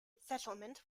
settlement